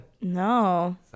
No